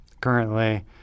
currently